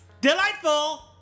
Delightful